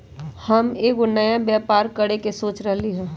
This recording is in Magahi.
हम एगो नया व्यापर करके सोच रहलि ह